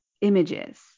images